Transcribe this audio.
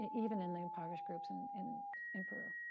even in the impoverished groups and in in peru.